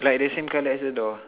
like the same colour as the door